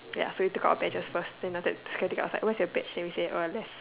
ya so we took out our badges first then after that security guards was like where's your badge then we say uh left